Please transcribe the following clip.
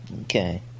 Okay